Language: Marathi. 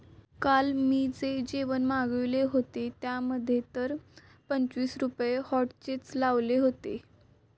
काल मी जे जेवण मागविले होते, त्यामध्ये तर पंचवीस रुपये व्हॅटचेच लावले होते